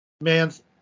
man's